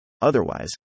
otherwise